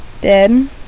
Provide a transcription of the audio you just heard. dead